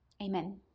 Amen